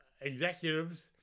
executives